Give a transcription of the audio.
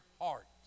heart